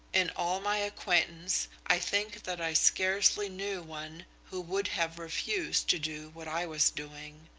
in all my acquaintance i think that i scarcely knew one who would have refused to do what i was doing.